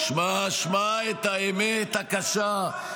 שמע, שמע את האמת הקשה.